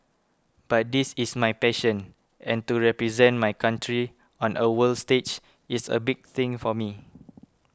but this is my passion and to represent my country on a world stage is a big thing for me